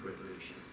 Revolution